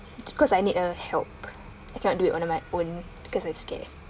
because I need a help I cannot do it on my own because I'm scared